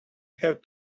have